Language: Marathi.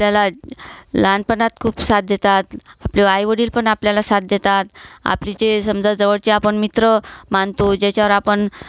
आपल्याला लहानपणात खूप साथ देतात आपले आईवडीलपण आपल्याला साथ देतात आपली जे समजा जवळचे आपण मित्र मानतो ज्याच्यावर आपण